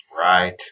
Right